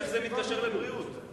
זה מתקשר לבריאות?